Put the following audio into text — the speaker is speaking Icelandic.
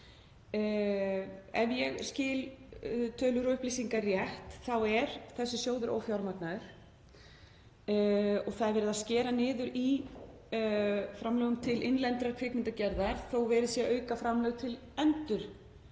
Ef ég skil tölur og upplýsingar rétt þá er þessi sjóður ófjármagnaður. Það er verið að skera niður í framlögum til innlendrar kvikmyndagerðar þó að verið sé að auka framlög í